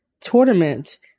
tournament